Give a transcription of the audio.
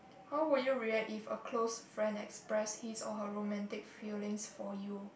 how would you react if a close friend express his or her romantic feelings for you